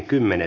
asia